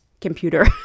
computer